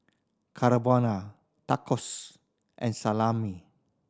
Carbonara Tacos and Salami